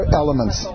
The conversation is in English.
elements